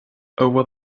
over